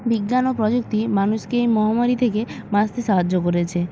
বিজ্ঞান ও প্রযুক্তি মানুষকে মহামারী থেকে বাঁচতে সাহায্য করেছে